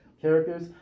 characters